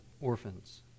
orphans